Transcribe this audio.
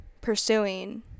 pursuing